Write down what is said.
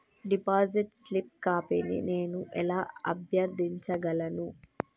Deposit slip కాపీని నేను ఎలా అభ్యర్థించగలను?